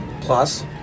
plus